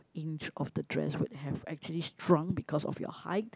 inch of the dress would have actually shrunk because of your height